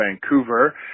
Vancouver